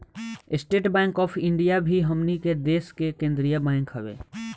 estate Bank of India भी हमनी के देश के केंद्रीय बैंक हवे